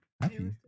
Happy